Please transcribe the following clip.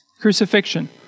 crucifixion